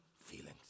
feelings